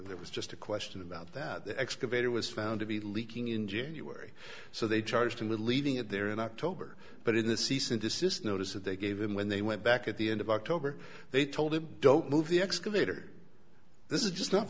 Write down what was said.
there was just a question about that the excavator was found to be leaking in january so they charged him with leaving it there in october but in the cease and desist notice that they gave him when they went back at the end of october they told him don't move the excavator this is just not